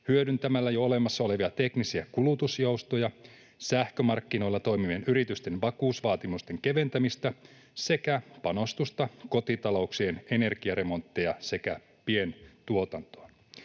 hyödyntämällä jo olemassa olevia teknisiä kulutusjoustoja, sähkömarkkinoilla toimivien yritysten vakuusvaatimusten keventämistä sekä panostusta kotitalouksien energiaremontteihin sekä pientuotantoon.